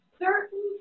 certain